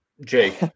Jake